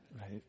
right